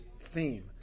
theme